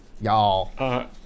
Y'all